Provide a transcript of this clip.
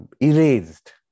erased